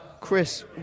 Chris